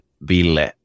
Ville